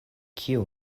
kiu